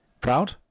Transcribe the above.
Proud